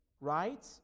right